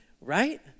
right